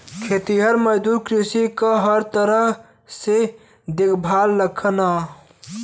खेतिहर मजदूर कृषि क हर तरह से देखभाल करलन